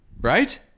Right